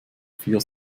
vier